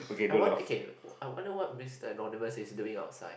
I want okay I wonder what Mister Anonymous is doing outside